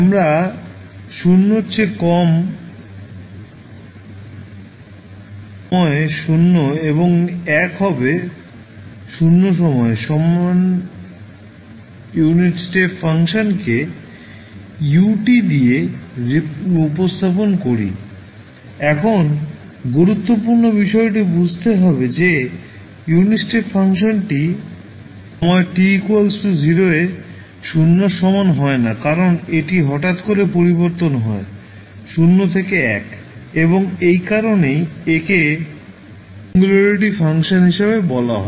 আমরা 0 চেয়ে কম সময়ে 0 এবং 1 হবে 0 সময়ে সমান ইউনিট স্টেপ ফাংশনকে u দিয়ে উপস্থাপন করি এখন গুরুত্বপূর্ণ বিষয়টি বুঝতে হবে যে ইউনিট স্টেপ ফাংশনটি সময় t 0 এ 0 এর সমান হয় না কারণ এটি হঠাৎ করে পরিবর্তন হয় 0 থেকে 1 এবং এ কারণেই একে সিঙ্গুলারিটি ফাংশন হিসাবে বলা হয়